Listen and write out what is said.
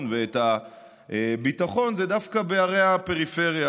ואת הביטחון זה דווקא בערי הפריפריה.